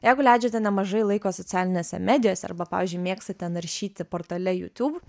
jeigu leidžiate nemažai laiko socialinėse medijose arba pavyzdžiui mėgstate naršyti portale youtube